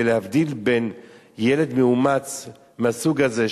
ולהבדיל בין ילד מאומץ מהסוג הזה,